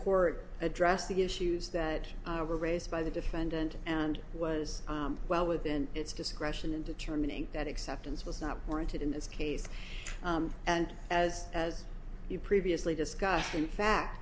court addressed the issues that were raised by the defendant and was well within its discretion in determining that acceptance was not warranted in this case and as as you previously discussed in fact